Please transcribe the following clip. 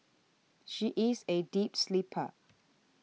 she is a deep sleeper